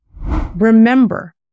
Remember